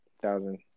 thousand